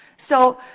so,